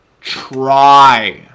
try